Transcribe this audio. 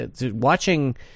Watching